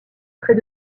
près